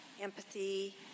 empathy